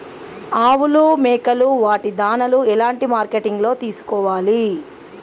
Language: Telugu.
ఆవులు మేకలు వాటి దాణాలు ఎలాంటి మార్కెటింగ్ లో తీసుకోవాలి?